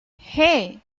hey